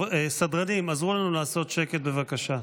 סדרנים, עזרו לנו לעשות שקט בבקשה.